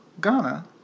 Ghana